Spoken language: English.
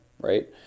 right